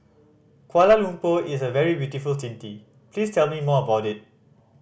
Kuala Lumpur is a very beautiful city please tell me more about it